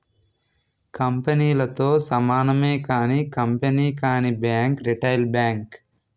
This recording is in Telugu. కంపెనీలతో సమానమే కానీ కంపెనీ కానీ బ్యాంక్ రిటైల్ బ్యాంక్